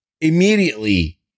immediately